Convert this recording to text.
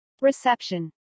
Reception